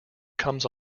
comes